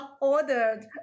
ordered